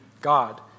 God